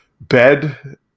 bed